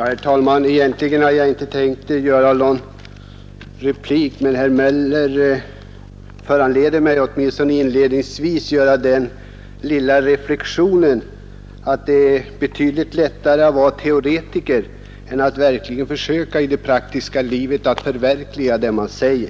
Herr talman! Egentligen hade jag inte tänkt komma med någon replik, men herr Möller föranleder mig att åtminstone inledningsvis göra den lilla reflexionen att det är betydligt lättare att vara teoretiker än att verkligen försöka att i det praktiska livet förverkliga vad man talar om.